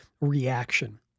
reaction